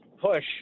push